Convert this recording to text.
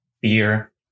Beer